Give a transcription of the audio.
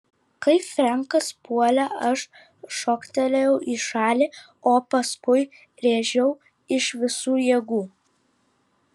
kai frenkas puolė aš šoktelėjau į šalį o paskui rėžiau iš visų jėgų